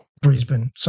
Brisbane